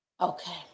Okay